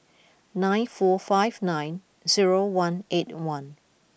nine four five nine zero one eight one